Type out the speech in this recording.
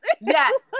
Yes